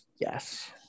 Yes